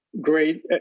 great